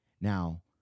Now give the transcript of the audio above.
Now